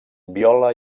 viola